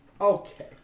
Okay